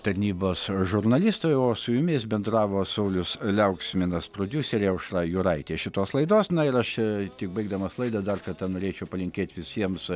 tarnybos žurnalistai o su jumis bendravo saulius liauksminas prodiuserė aušra juraitė šitos laidos na ir aš tik baigdamas laidą dar kartą norėčiau palinkėti visiems